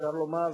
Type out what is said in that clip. אפשר לומר,